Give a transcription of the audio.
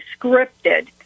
scripted